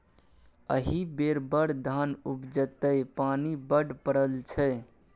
एहि बेर बड़ धान उपजतै पानि बड्ड पड़ल छै